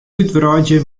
útwreidzje